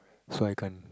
so I can't